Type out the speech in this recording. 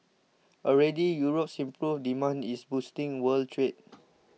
already Europe's improved demand is boosting world trade